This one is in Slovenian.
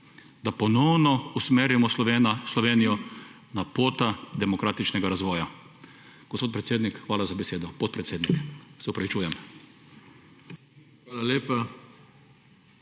da ponovno usmerimo Slovenijo na pota demokratičnega razvoja. Gospod predsednik, hvala za besedo, podpredsednik, se opravičujem.